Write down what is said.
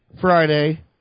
Friday